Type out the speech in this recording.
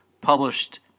published